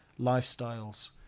lifestyles